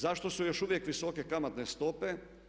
Zašto su još uvijek visoke kamatne stope.